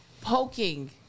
poking